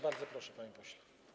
Bardzo proszę, panie pośle.